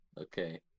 Okay